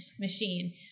machine